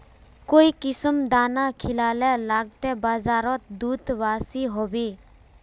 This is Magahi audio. काई किसम दाना खिलाले लगते बजारोत दूध बासी होवे?